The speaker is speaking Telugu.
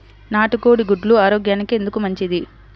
నాటు కోడి గుడ్లు ఆరోగ్యానికి ఎందుకు మంచిది?